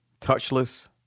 touchless